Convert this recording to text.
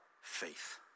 faith